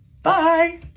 Bye